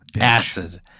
Acid